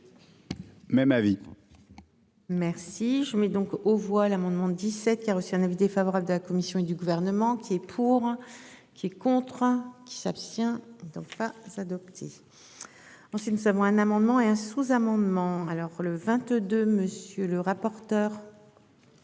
Même avis. Merci je mets donc aux voix l'amendement 17 qui a reçu un avis défavorable de la commission et du gouvernement qui est pour. Qui est contre. Qui s'abstient donc pas s'adopté. En si nous savons un amendement et un sous-amendement alors le 22 monsieur le rapporteur.